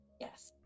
Yes